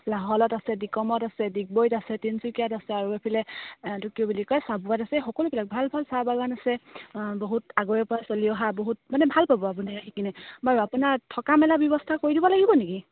লাহোৱালত আছে ডিকমত আছে ডিগবৈত আছে তিনিচুকীয়াত আছে আৰু ইফালে এইটো কি বুলি কয় চাবুৱাত আছে এই সকলোবিলাক ভাল ভাল চাহ বাগান আছে বহুত আগৰেপৰা চলি অহা বহুত মানে ভাল পাব আপুনি আহি কিনে বাৰু আপোনাৰ থকা মেলা ব্যৱস্থা কৰি দিব লাগিব নেকি